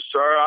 Sir